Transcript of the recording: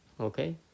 Okay